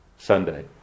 Sunday